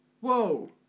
Whoa